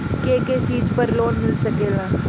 के के चीज पर लोन मिल सकेला?